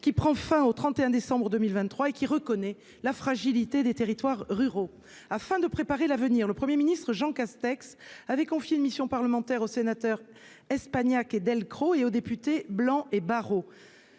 qui prend fin au 31 décembre 2023 et qui reconnaît la fragilité des territoires ruraux, afin de préparer l'avenir, le 1er ministre Jean Castex avait confié une mission parlementaire au sénateur Espagnac et Delcros et aux députés blancs et cette